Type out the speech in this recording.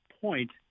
point